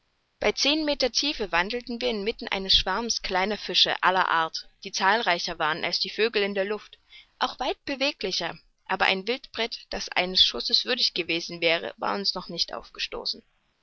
bei zehn meter tiefe wandelten wir inmitten eines schwarms kleiner fische aller art die zahlreicher waren als die vögel in der luft auch weit beweglicher aber ein wildpret das eines schusses würdig gewesen wäre war uns noch nicht aufgestoßen